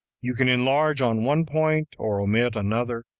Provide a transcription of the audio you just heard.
you can enlarge on one point or omit another,